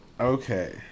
Okay